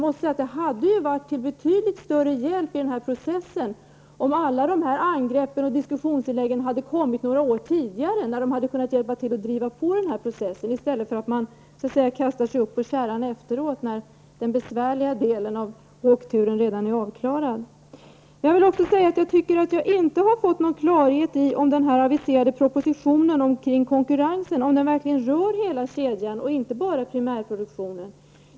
Det hade varit till betydligt större hjälp om alla dessa angrepp och diskussionsinlägg kommit några år tidigare, när de hade kunnat bidra till att driva på processen. Nu kastar man sig upp på kärran efteråt, när den besvärliga delen av åkturen redan är avklarad. Jag tycker inte att jag har fått någon klarhet i om den aviserade propositionen om konkurrensen verkligen kommer att beröra hela kedjan, inte bara primärproduktionen.